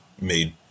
made